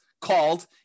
called